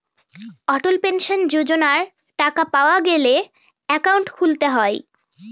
অটল pension যোজনার টাকা পাওয়া গেলে একাউন্ট খুলতে হয়